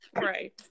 Right